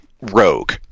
rogue